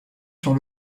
sur